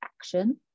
action